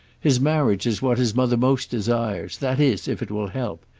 his marriage is what his mother most desires that is if it will help.